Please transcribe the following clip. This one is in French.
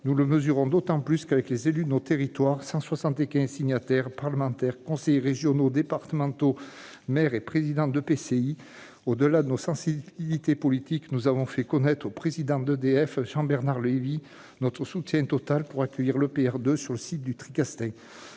Nous le mesurons d'autant plus que, avec les élus de nos territoires- 175 signataires parmi nos parlementaires, conseillers régionaux, départementaux, maires et présidents d'EPCI de toutes les sensibilités politiques -, nous avons fait connaître au président d'EDF, Jean-Bernard Lévy, notre soutien total pour accueillir l'EPR 2 sur le site du Tricastin,